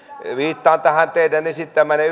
viittaan tähän teidän esittämäänne